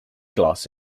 glass